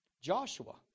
Joshua